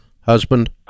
husband